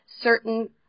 certain